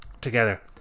together